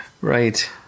Right